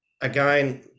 again